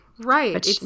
Right